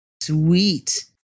Sweet